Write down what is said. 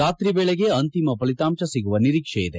ರಾತ್ರಿ ವೇಳೆಗೆ ಅಂತಿಮ ಫಲಿತಾಂಶ ಸಿಗುವ ನಿರೀಕ್ಷೆಯಿದೆ